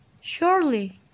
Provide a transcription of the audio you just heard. surely